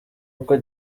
kuko